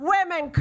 Women